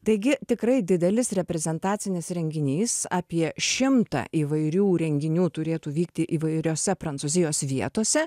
taigi tikrai didelis reprezentacinis renginys apie šimtą įvairių renginių turėtų vykti įvairiose prancūzijos vietose